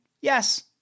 Yes